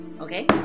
Okay